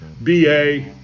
BA